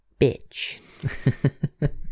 bitch